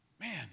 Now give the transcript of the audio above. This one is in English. Man